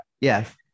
yes